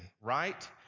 right